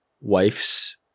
wife's